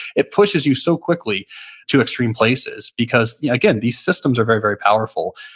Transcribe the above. it pushes you so quickly to extreme places because, again, these systems are very, very powerful.